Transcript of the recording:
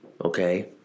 Okay